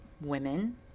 women